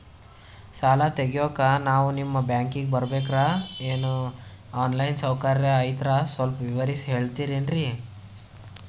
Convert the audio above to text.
ಸಾಲ ತೆಗಿಯೋಕಾ ನಾವು ನಿಮ್ಮ ಬ್ಯಾಂಕಿಗೆ ಬರಬೇಕ್ರ ಏನು ಆನ್ ಲೈನ್ ಸೌಕರ್ಯ ಐತ್ರ ಸ್ವಲ್ಪ ವಿವರಿಸಿ ಹೇಳ್ತಿರೆನ್ರಿ?